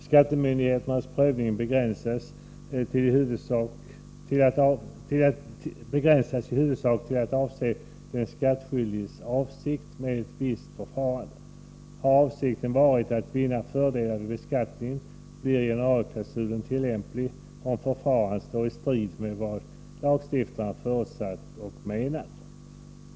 Skattemyndigheternas prövning begränsas i huvudsak till att avse den skattskyldiges avsikt med ett visst förfarande. Har denna avsikt varit att vinna fördelar vid beskattningen blir generalklausulen tillämplig, om förfarandet står i strid med vad lagstiftaren förutsatt eller menat.